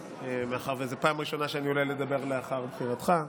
מאחר שזאת הפעם הראשונה שאני עולה לדבר לאחר בחירתך.